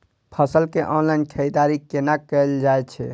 फसल के ऑनलाइन खरीददारी केना कायल जाय छै?